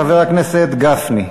חבר הכנסת גפני.